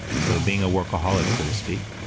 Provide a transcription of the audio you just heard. so being a workaholic, so to speak,